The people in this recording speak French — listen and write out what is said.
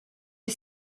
est